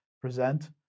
present